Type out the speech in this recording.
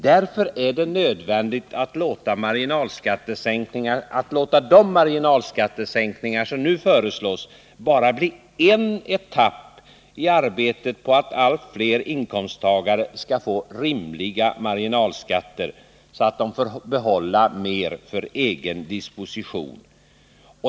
Därför är det nödvändigt att låta de marginalskattesänkningar som nu föreslås bara bli en etapp i det arbete som syftar till att allt fler inkomsttagare skall få rimliga marginalskatter, så att de kan behålla mer av sina pengar för egen disposition.